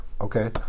okay